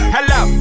Hello